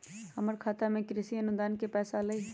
हमर खाता में कृषि अनुदान के पैसा अलई?